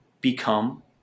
become